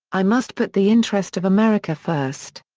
i must put the interest of america first.